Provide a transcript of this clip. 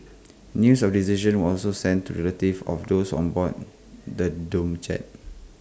news of decision was also sent to relatives of those on board the doomed jet